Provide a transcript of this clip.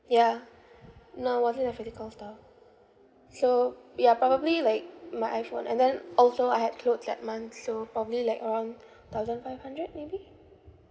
yeah no wasn't a physical store so ya probably like my iphone and then also I had clothes that month so probably like around thousand five hundred maybe